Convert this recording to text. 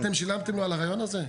אתם שילמתם על הרעיון הזה?